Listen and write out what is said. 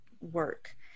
work